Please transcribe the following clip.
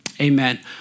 Amen